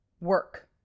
work